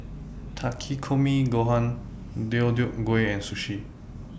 Takikomi Gohan Deodeok Gui and Sushi